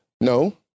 no